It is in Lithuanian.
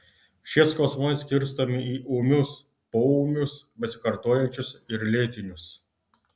šie skausmai skirstomi į ūmius poūmius besikartojančius ir lėtinius